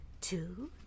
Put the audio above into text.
two